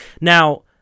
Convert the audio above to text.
Now